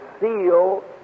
seal